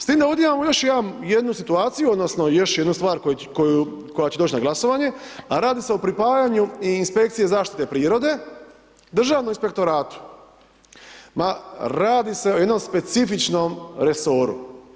S tim da ovdje imamo još jednu situaciju odnosno još jednu stvar koja će doći na glasovanju, a radi se o pripajanju i Inspekcije zaštite prirode Državnom inspektoratu, ma radi se o jednom specifičnom resoru.